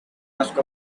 ask